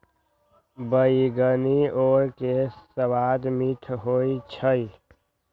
बइगनी ओल के सवाद मीठ होइ छइ